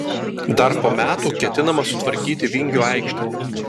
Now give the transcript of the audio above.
dar po metų ketinama sutvarkyti vingio aikštę